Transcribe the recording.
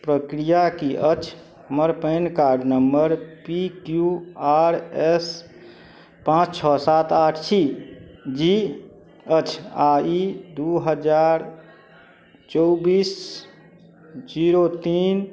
प्रक्रिया कि अछि हमर PAN card number P Q R S पाँच छओ सात आठ छी जी अछि आओर ई दुइ हजार चौबिस जीरो तीन